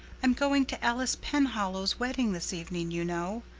i'm going to alice penhallow's wedding this evening, you know.